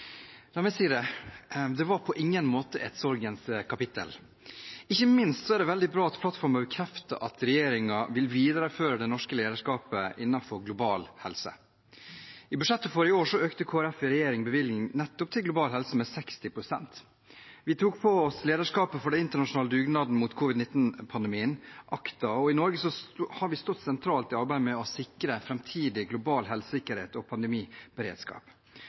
la meg si det. Det var på ingen måte et sorgens kapittel. Ikke minst er det veldig bra at plattformen bekrefter at regjeringen vil videreføre det norske lederskapet innenfor global helse. I budsjettet for i år økte Kristelig Folkeparti i regjering bevilgningen nettopp til global helse med 60 pst. Vi tok på oss lederskapet for den internasjonale dugnaden mot covid-19-pandemien, ACT-A, og i Norge har vi stått sentralt i arbeidet med å sikre framtidig global helsesikkerhet og pandemiberedskap.